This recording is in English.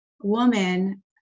woman